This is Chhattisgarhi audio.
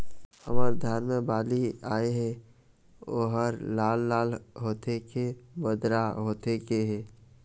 हमर धान मे बाली आए हे ओहर लाल लाल होथे के बदरा होथे गे हे?